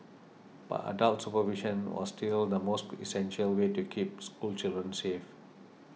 but adult supervision was still the most essential way to keep school children safe